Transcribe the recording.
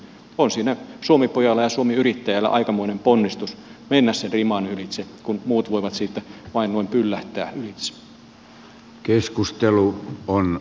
on siinä suomipojalla ja suomiyrittäjällä aikamoinen ponnistus mennä sen riman ylitse kun muut voivat siitä vain noin pyllähtää ylitse